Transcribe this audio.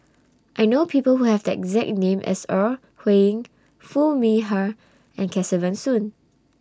I know People Who Have The exact name as Ore Huiying Foo Mee Har and Kesavan Soon